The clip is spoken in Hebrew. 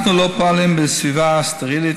אנחנו לא פועלים בסביבה סטרילית.